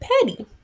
petty